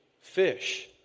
fish